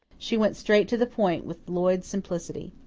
she went straight to the point with lloyd simplicity.